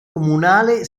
comunale